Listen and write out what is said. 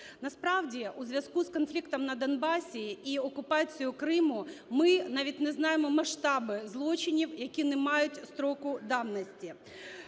Насправді, у зв'язку з конфліктом на Донбасі і окупацією Криму, ми навіть не знаємо масштаби злочинів, які не мають строку давності.